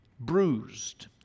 bruised